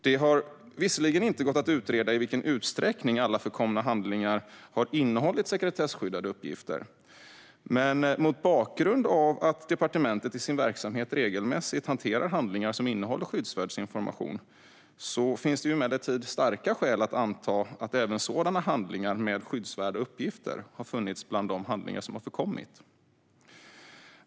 Det har visserligen inte gått att utreda i vilken utsträckning alla förkomna handlingar har innehållit sekretesskyddade uppgifter, men mot bakgrund av att departementet i sin verksamhet regelmässigt hanterar handlingar som innehåller skyddsvärd information finns det starka skäl att anta att även handlingar med skyddsvärda uppgifter har funnits bland de handlingar som har förkommit.